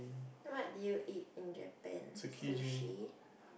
what did you eat in Japan sushi